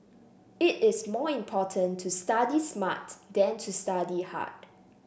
it is more important to study smart than to study hard